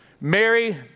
Mary